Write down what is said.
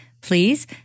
Please